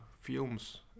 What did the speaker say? films